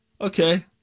Okay